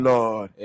Lord